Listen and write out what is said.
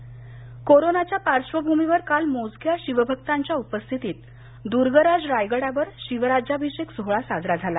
intro शिवराज्याभिषेक कोरोनाच्या पार्श्वभूमीवर काल मोजक्या शिवभक्तांच्या उपस्थितीत दूर्गराज रायगडावर शिवराज्याभिषेक सोहळा साजरा झाला